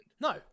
no